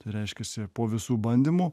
tai reiškiasi po visų bandymų